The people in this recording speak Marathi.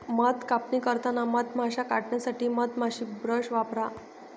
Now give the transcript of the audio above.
मध कापणी करताना मधमाश्या काढण्यासाठी मधमाशी ब्रश वापरा